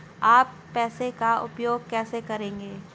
आप पैसे का उपयोग कैसे करेंगे?